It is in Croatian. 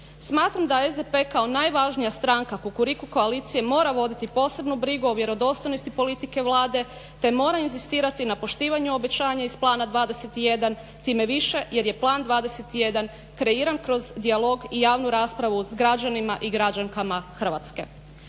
Smatram da SDP kao najvažnija stranka Kukuriku koalicije mora voditi posebnu brigu o vjerodostojnosti politike Vlade te mora inzistirati na poštivanju obećanja iz Plana 21, time više jer je Plan 21 kreiran kroz dijalog i javnu raspravu s građanima i građankama Hrvatske.